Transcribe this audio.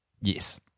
Yes